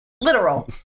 Literal